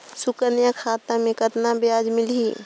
सुकन्या खाता मे कतना ब्याज मिलही?